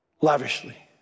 lavishly